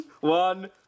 One